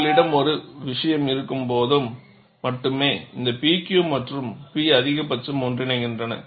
உங்களிடம் ஒரு விஷயம் இருக்கும்போது மட்டுமே இந்த P Q மற்றும் P அதிகபட்சம் ஒன்றிணைகின்றன